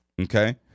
Okay